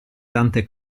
tante